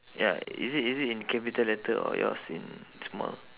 ya is it is it in capital letter or yours in small